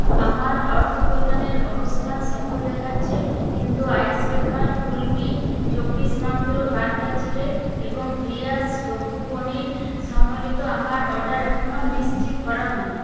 আমার অর্থপ্রদানের অবস্থান সফল দেখাচ্ছে কিন্তু আইস ব্রেকার কুলমিন্ট চব্বিশ মন্ত্র কান্দা চিড়ে এবং ব্রিয়াস টোফু পনির সম্বলিত আমার অর্ডার এখনও নিশ্চিত করা হয়নি